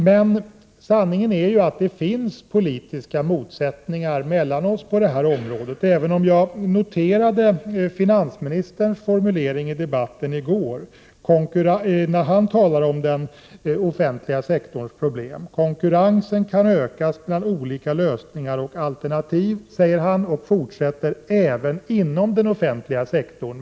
Men sanningen är att det finns politiska motsättningar mellan oss på detta område, även om jag noterade finansministerns formulering i gårdagens debatt när han sade om den offentliga sektorns problem att konkurrensen kan ökas mellan olika lösningar och alternativ, även inom den offentliga sektorn.